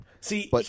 See